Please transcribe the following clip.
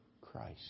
Christ